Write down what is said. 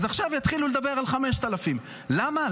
אז יתחילו לדבר על 5,000. למה?